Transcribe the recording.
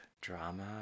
Drama